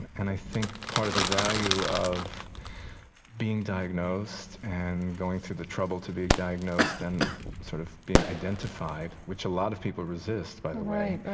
and i think part of the value of being diagnosed and going through the trouble to be diagnosed diagnosed and sort of being identified, which a lot of people resist, by the way right.